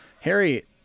Harry